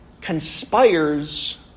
conspires